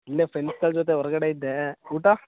ಇಲ್ಲೇ ಫ್ರೆಂಡ್ಸ್ಗಳ ಜೊತೆ ಹೊರ್ಗಡೆ ಇದ್ದೆ ಊಟ